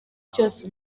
cyose